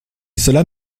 cela